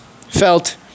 felt